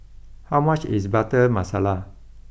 how much is Butter Masala